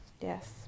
Yes